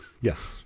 yes